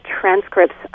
transcripts